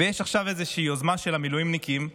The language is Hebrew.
יש עכשיו איזושהי יוזמה של המילואימניקים שאומרת: